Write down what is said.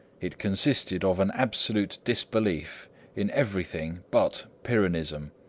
it consisted of an absolute disbelief in everything but pyrrhonism.